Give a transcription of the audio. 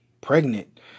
pregnant